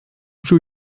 joo